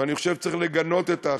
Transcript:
ואני חושב שצריך לגנות את ההחלטה,